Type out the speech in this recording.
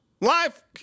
Life